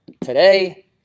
today